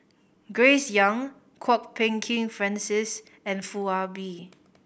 Grace Young Kwok Peng Kin Francis and Foo Ah Bee